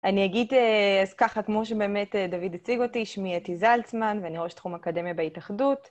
אני אגיד אז ככה, כמו שבאמת דוד הציג אותי, שמי אתי זלצמן ואני ראש תחום אקדמיה בהתאחדות.